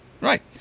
Right